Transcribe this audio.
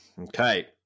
Okay